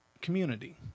community